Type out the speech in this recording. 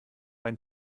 ein